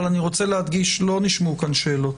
אבל אני רוצה להדגיש: לא נשמעו כאן שאלות,